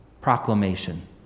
proclamation